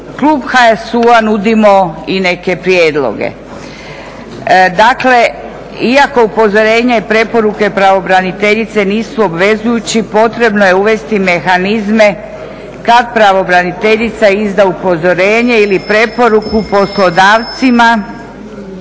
klub HSU-a nudimo i neke prijedloge. Dakle iako upozorenja i preporuke pravobraniteljice nisu obvezujući potrebno je uvesti mehanizme kad pravobraniteljica izda upozorenje ili preporuku poslodavcima